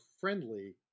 friendly